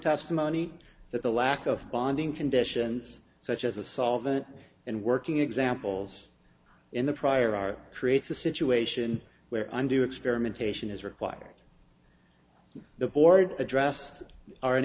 testimony that the lack of bonding conditions such as a solvent and working examples in the prior are creates a situation where i do experimentation is required the board addressed are